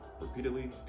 repeatedly